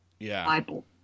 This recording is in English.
Bible